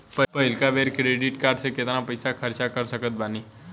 पहिलका बेर credit card से केतना पईसा खर्चा कर सकत बानी?